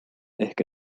ehk